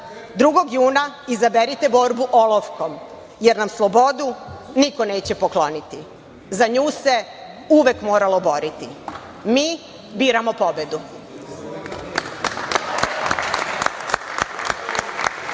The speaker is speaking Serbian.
2. juna izaberite borbu olovkom, jer na slobodu niko neće pokloniti. Za nju se uvek moralo boriti. Mi biramo pobedu.